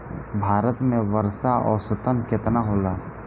भारत में वर्षा औसतन केतना होला?